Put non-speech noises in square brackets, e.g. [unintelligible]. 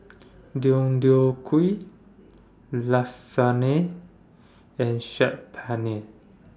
[noise] Deodeok Gui [unintelligible] and Saag Paneer [noise]